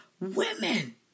women